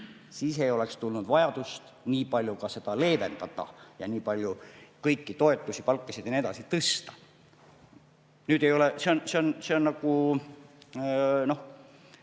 Siis ei oleks tulnud vajadust nii palju ka seda leevendada ja nii palju kõiki toetusi, palkasid ja nii edasi tõsta. Nüüd ei olegi muud